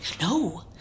No